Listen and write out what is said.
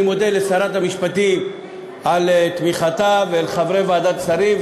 אני מודה לשרת המשפטים על תמיכתה ולחברי ועדת השרים,